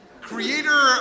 creator